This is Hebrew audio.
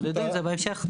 תתמודדו עם זה בהמשך.